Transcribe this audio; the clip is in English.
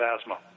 asthma